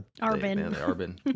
Arbin